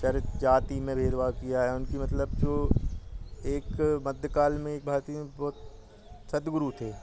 चरित्र जाति में भेदभाव किया है उनका मतलब जो एक मध्यकाल में एक भांति में बहुत सद्गुरु थे